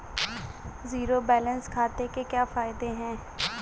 Zero balance खाते के क्या फायदे हैं?